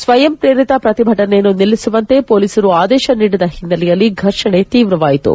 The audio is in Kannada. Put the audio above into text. ಸ್ವಯಂಪ್ರೇರಿತ ಪ್ರತಿಭಟನೆಯನ್ನು ನಿಲ್ಲಿಸುವಂತೆ ಮೊಲೀಸರು ಆದೇಶ ನೀಡಿದ ಹಿನ್ನೆಲೆಯಲ್ಲಿ ಫರ್ಷಣೆ ತೀವ್ರವಾಯಿತು